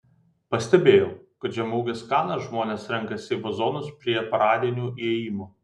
pastebėjau kad žemaūges kanas žmonės renkasi į vazonus prie paradinių įėjimų